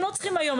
הם לא צריכים היום.